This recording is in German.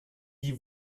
die